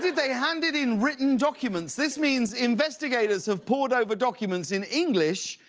they handed in written documents. this means investigators have poured over documents in english,